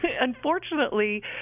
unfortunately